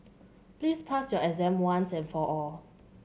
please pass your exam once and for all